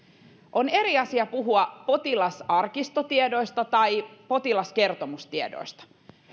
on eri asia puhua potilasarkistotiedoista ja potilaskertomustiedoista